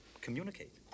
communicate